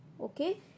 okay